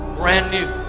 brand new.